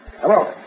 Hello